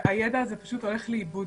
הידע הזה פשוט הולך לאיבוד.